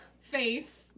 Face